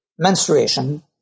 menstruation